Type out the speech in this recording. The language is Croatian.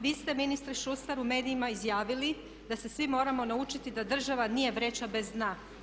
Vi ste ministre Šustar u medijima izjavili da se svi moramo naučiti da država nije vreća bez dna.